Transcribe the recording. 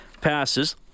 passes